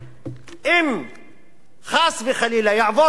אם חס וחלילה יעבור החוק הזה,